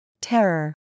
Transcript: Terror